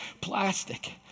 plastic